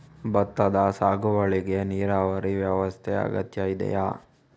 ಭತ್ತದ ಸಾಗುವಳಿಗೆ ನೀರಾವರಿ ವ್ಯವಸ್ಥೆ ಅಗತ್ಯ ಇದೆಯಾ?